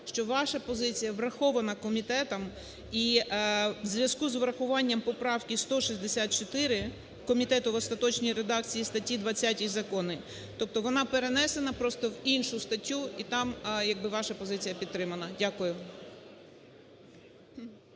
що ваша позиція врахована комітетом і у зв'язку з врахуванням поправки 164 комітет в остаточній редакції статті 20 закону, тобто вона перенесена просто в іншу статтю, і там як би ваша позиція підтримана. Дякую.